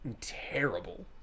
terrible